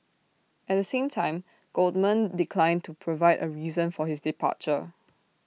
at the same time Goldman declined to provide A reason for his departure